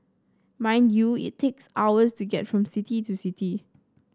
mind you it takes hours to get from city to city